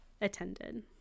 attended